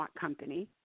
company